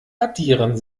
addieren